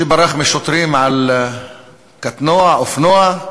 לפני כמה חודשים, שברח משוטרים על קטנוע, אופנוע,